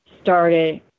started